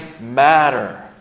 matter